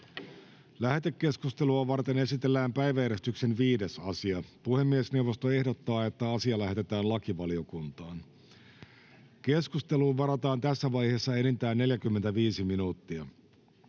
Lähetekeskustelua varten esitellään päiväjärjestyksen 5. asia. Puhemiesneuvosto ehdottaa, että asia lähetetään lakivaliokuntaan. Keskusteluun varataan tässä vaiheessa enintään 45 minuuttia.